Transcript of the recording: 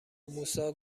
موسی